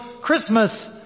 Christmas